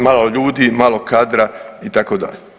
Malo ljudi, malo kadra itd.